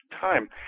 time